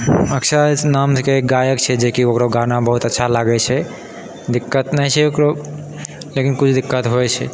अक्षय नामके गायक छै जेकि ओकरो गाना बहुत अच्छा लागैत छै दिक्कत नहि छै ओकरो लेकिन किछु दिक्कत होइत छै